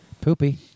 Poopy